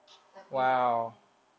tapi